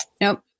Nope